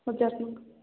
ପଚାଶ ଟଙ୍କା